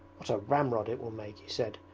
what a ramrod it will make he said,